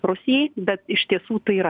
rusijai bet iš tiesų tai yra